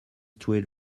tweed